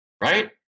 Right